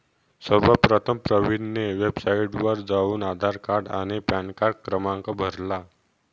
सर्वप्रथम प्रवीणने वेबसाइटवर जाऊन आधार कार्ड आणि पॅनकार्ड क्रमांक भरला